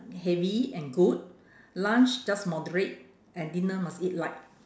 heavy and good lunch just moderate and dinner must eat light